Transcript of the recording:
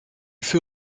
fut